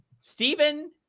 Stephen